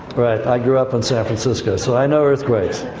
right, i grew up in san francisco, so i know earthquakes.